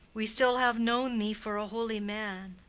we still have known thee for a holy man.